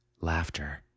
Laughter